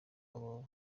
aba